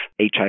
HIV